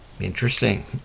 Interesting